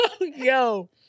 Yo